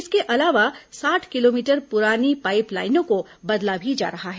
इसके अलावा साठ किलोमीटर पुरानी पाईप लाइनों को बदला जा रहा है